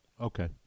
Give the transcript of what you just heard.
Okay